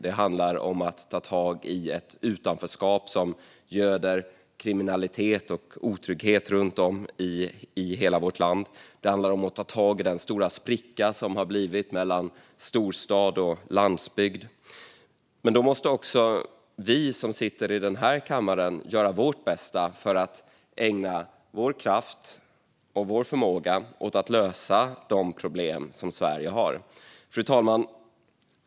Det handlar om att ta tag i ett utanförskap som göder kriminalitet och otrygghet runt om i hela vårt land. Det handlar om att ta tag i den stora spricka som har uppstått mellan storstad och landsbygd. Då måste också vi som sitter i den här kammaren göra vårt bästa och ägna vår kraft och förmåga åt att lösa de problem som Sverige har. Fru talman!